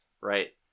Right